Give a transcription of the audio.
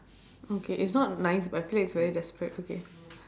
okay it's not nice but I feel like it's very desperate okay